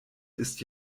ist